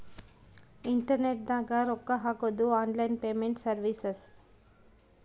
internet ದಾಗ ರೊಕ್ಕ ಹಾಕೊದು ಆನ್ಲೈನ್ ಪೇಮೆಂಟ್ ಸರ್ವಿಸ್